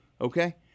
okay